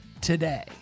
today